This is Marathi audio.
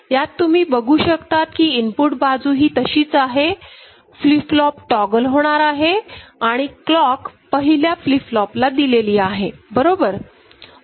यात तुम्ही बघू शकतात की इनपुट बाजू ही तशीच आहे फ्लिप फ्लॉप टॉगल होणार आहे आणि क्लॉक पहिल्या फ्लॉप ला दिलेली आहे आहे बरोबर